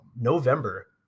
November